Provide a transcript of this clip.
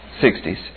60s